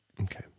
Okay